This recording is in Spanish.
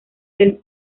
del